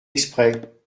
exprès